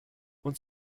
und